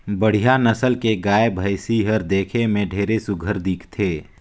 बड़िहा नसल के गाय, भइसी हर देखे में ढेरे सुग्घर दिखथे